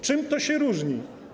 Czym to się różni?